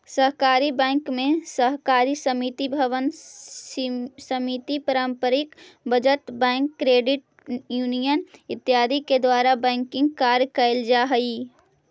सहकारी बैंक में सहकारी समिति भवन समिति पारंपरिक बचत बैंक क्रेडिट यूनियन इत्यादि के द्वारा बैंकिंग कार्य कैल जा हइ